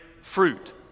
fruit